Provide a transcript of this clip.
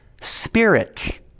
spirit